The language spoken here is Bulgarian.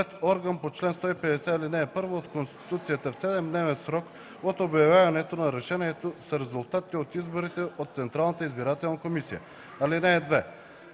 орган по чл. 150, ал. 1 от Конституцията в 7-дневен срок от обявяването на решението с резултатите от изборите от Централната избирателна комисия. (2)